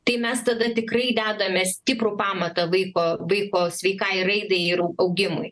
tai mes tada tikrai dedame stiprų pamatą vaiko vaiko sveikai raidai ir augimui